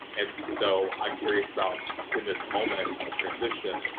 and so, i'm curious about, in this moment of transition,